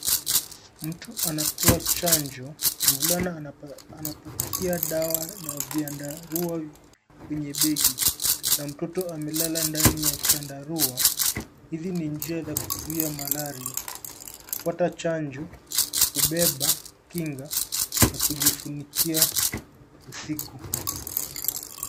Mtu anapewa chanjo. Mvulana anapakia dawa na vyandarua kwenye begi na mtoto amelala ndani ya chandarua. Hizi ni njia za kuzuia malaria. Kupata chanjo, kubeba kinga na kujifunikia usiku.